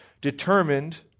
determined